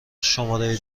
شماره